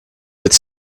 with